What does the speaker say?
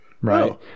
right